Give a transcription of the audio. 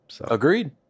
agreed